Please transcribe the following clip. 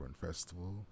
Festival